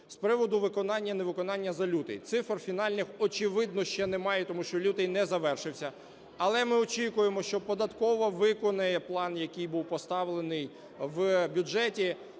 З приводу виконання - невиконання за лютий. Цифр фінальних, очевидно, ще немає, тому що лютий не завершився. Але ми очікуємо, що податкова виконає план, який був поставлений в бюджеті.